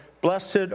Blessed